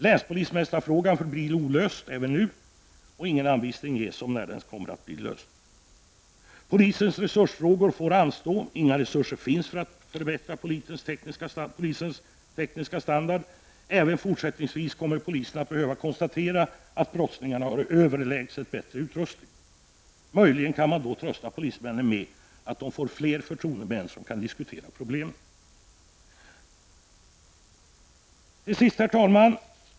Länspolismästarfrågan förblir olöst även nu, och ingen anvisning ges om när den kommer att bli löst. Polisens resursfrågor får anstå, och inga resurser finns för att förbättra polisens tekniska standard. Även fortsättningsvis kommer polisen att behöva konstatera att brottslingarna har överlägset bättre utrustning. Möjligen kan man trösta polismännen med att de får fler förtroendemän som kan diskutera problemen. Herr talman!